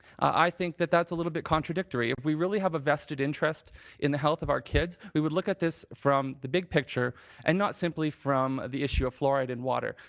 i think that that's a little bit contradictory. if we really have a vested interest in the health of our kids, we would look at this from the big picture and not simply from the issue of fluoride in water.